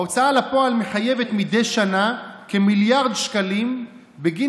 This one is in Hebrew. ההוצאה לפועל מחייבת מדי שנה כמיליארד שקלים בגין